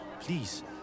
Please